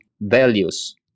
values